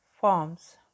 forms